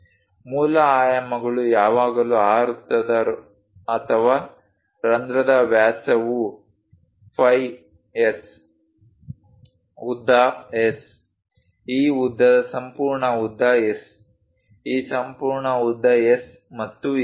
ಮೂಲ ಆಯಾಮಗಳು ಯಾವಾಗಲೂ ಆ ವೃತ್ತದ ಅಥವಾ ರಂಧ್ರದ ವ್ಯಾಸವು ಫೈ S ಉದ್ದ S ಈ ಉದ್ದದ ಸಂಪೂರ್ಣ ಉದ್ದ S ಈ ಸಂಪೂರ್ಣ ಉದ್ದ S ಮತ್ತು ಇತ್ಯಾದಿ